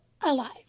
alive